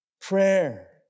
prayer